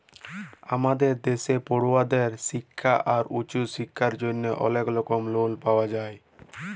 আমাদের দ্যাশে পড়ুয়াদের শিক্খা আর উঁচু শিক্খার জ্যনহে অলেক রকম লন পাওয়া যায়